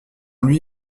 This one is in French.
lui